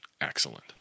excellent